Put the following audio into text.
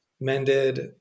mended